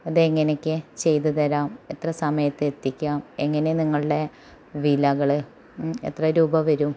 അത് എങ്ങനെ ഒക്കെ ചെയ്ത് തരാം എത്ര സമയത്ത് എത്തിക്കാം എങ്ങനെ നിങ്ങളുടെ വിലകൾ എത്ര രൂപ വരും